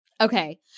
Okay